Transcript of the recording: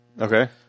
Okay